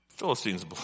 Philistines